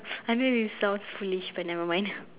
I know this sounds foolish but nevermind